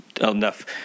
enough